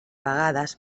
vegades